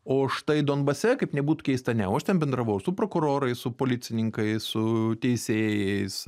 o štai donbase kaip nebūtų keista ne o aš ten bendravau su prokurorais su policininkais su teisėjais